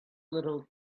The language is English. little